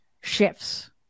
shifts